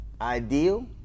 Ideal